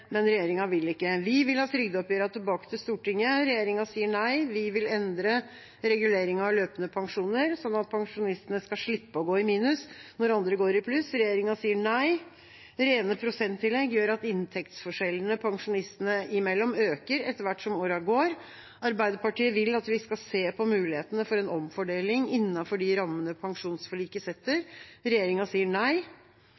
men regjeringa vil ikke. Vi vil ha trygdeoppgjørene tilbake til Stortinget. Regjeringa sier nei. Vi vil endre reguleringen av løpende pensjoner, sånn at pensjonistene skal slippe å gå i minus når andre går i pluss. Regjeringa sier nei. Rene prosenttillegg gjør at inntektsforskjellene pensjonistene imellom øker etter hvert som årene går. Arbeiderpartiet vil at vi skal se på mulighetene for en omfordeling innenfor de rammene pensjonsforliket setter.